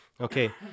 Okay